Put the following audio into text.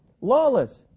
lawless